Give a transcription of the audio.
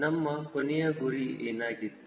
ನಮ್ಮ ಕೊನೆಯ ಗುರಿ ಏನಾಗಿತ್ತು